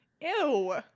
Ew